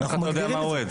איך אתה יודע מה הוא אוהד?